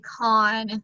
Con